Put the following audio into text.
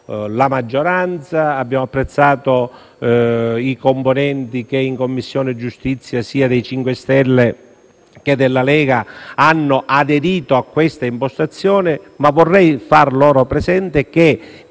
la maggioranza, abbiamo apprezzato i membri della Commissione giustizia (sia dei 5 Stelle che della Lega) che hanno aderito a questa impostazione, ma vorrei far loro presente che